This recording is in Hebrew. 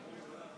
אתה יכול למשוך גם